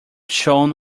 shone